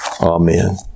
Amen